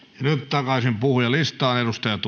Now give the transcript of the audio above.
takaisin puhujalistaan